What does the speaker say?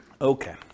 okay